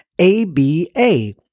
ABA